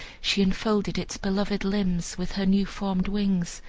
she enfolded its beloved limbs with her new-formed wings,